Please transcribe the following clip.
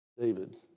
David